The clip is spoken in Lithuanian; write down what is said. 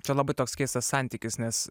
čia labai toks keistas santykis nes